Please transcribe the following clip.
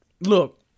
Look